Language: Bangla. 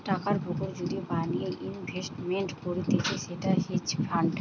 টাকার পুকুর যদি বানিয়ে ইনভেস্টমেন্ট করতিছে সেটা হেজ ফান্ড